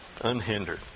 unhindered